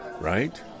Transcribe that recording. right